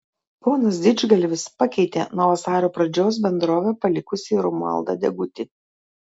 ponas didžgalvis pakeitė nuo vasario pradžios bendrovę palikusį romualdą degutį